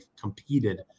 competed